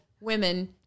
women